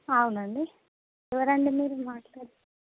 అవునండి ఎవరండీ మీరు మాట్లాడేది